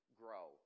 grow